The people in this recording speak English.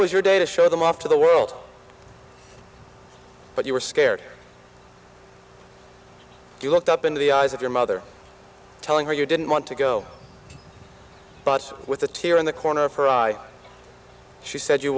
was your day to show them off to the world but you were scared you looked up into the eyes of your mother telling her you didn't want to go but with a tear in the corner of her i she said you